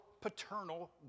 paternal